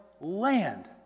land